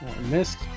missed